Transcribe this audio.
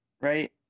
right